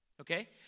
Okay